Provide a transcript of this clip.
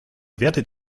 werdet